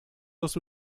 was